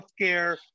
healthcare